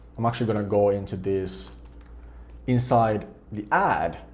i'm actually gonna go into this inside the ad,